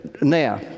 now